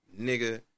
nigga